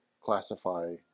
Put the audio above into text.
classify